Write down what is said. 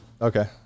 Okay